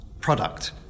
product